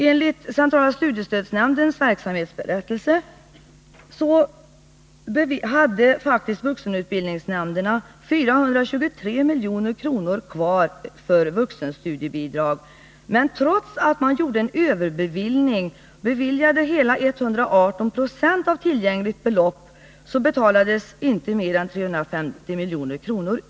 Enligt centrala studiestödsnämndens verksamhetsberättelse 1979/80 hade vuxenutbildningsnämnderna 423 milj.kr. kvar för vuxenstudiebidrag, men trots att man gjort en överbevillning och beviljat hela 118 90 av tillgängligt belopp, så betalades det inte ut mer än 350 milj.kr.